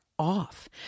off